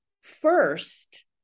first